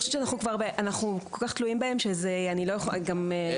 אנחנו כל כך תלויים בהם, שאני לא יכולה ---.